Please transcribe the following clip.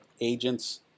agents